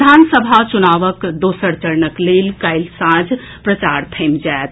विधानसभा चुनावक दोसर चरणक लेल काल्हि सांझ प्रचार थमि जायत